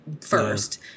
first